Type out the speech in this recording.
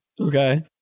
Okay